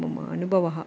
मम अनुभवः